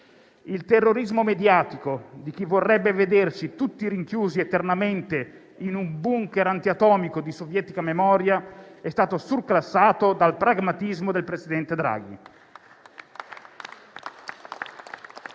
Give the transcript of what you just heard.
Il terrorismo mediatico di chi vorrebbe vederci tutti rinchiusi eternamente in un *bunker* antiatomico di sovietica memoria è stato surclassato dal pragmatismo del presidente Draghi